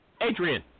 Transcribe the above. Adrian